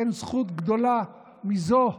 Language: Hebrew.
אין זכות גדולה מזו.